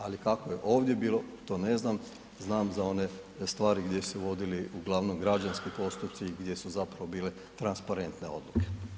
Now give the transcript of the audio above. Ali, kako je ovdje bilo, to ne znam, znam za one stvari gdje su vodili uglavnom građanski postupci gdje su zapravo bile transparentne odluke.